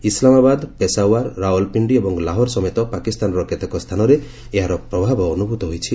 ଇସଲାମାବାଦ୍ ପେଶାୱାର୍ ରାଓ୍ୱଲପିଣ୍ଡି ଏବଂ ଲାହୋର ସମେତ ପାକିସ୍ତାନର କେତେକ ସ୍ଥାନରେ ଏହାର ପ୍ରଭାବ ଅନୁଭୂତ ହୋଇଛି